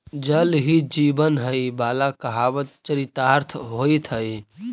जल ही जीवन हई वाला कहावत चरितार्थ होइत हई